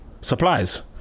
supplies